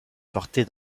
porté